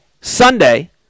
Sunday